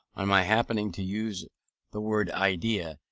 on my happening to use the word idea,